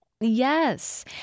Yes